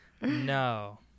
no